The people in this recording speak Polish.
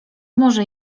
może